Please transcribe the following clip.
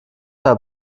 der